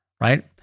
right